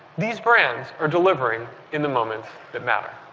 these brands are delivering in the moments that matter.